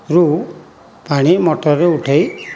ରୁ ପାଣି ମଟରରେ ଉଠେଇ